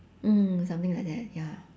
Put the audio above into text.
mm something like that ya